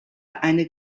eine